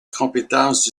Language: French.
compétence